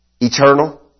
Eternal